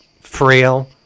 frail